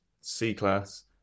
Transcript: C-Class